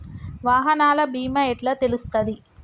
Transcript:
వాహనాల బీమా ఎట్ల తెలుస్తది?